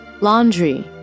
Laundry